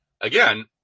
Again